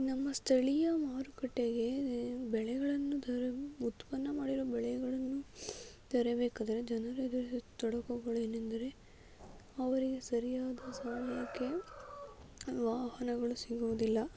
ನಮ್ಮ ಸ್ಥಳೀಯ ಮಾರುಕಟ್ಟೆಗೆ ಬೆಳೆಗಳನ್ನು ತರಲು ಉತ್ಪನ್ನ ಮಾಡಿರೋ ಬೆಳೆಗಳನ್ನು ತರಬೇಕಾದ್ರೆ ಜನರಿಗೆ ತೊಡಕುಗಳೇನೆಂದರೆ ಅವರಿಗೆ ಸರಿಯಾದ ಸಮಯಕ್ಕೆ ವಾಹನಗಳು ಸಿಗುವುದಿಲ್ಲ